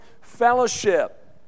Fellowship